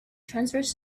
transverse